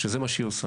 שזה מה שהיא עושה.